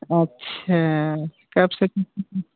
अच्छा कब से